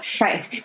Right